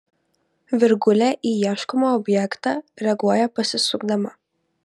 virgulė į ieškomą objektą reaguoja pasisukdama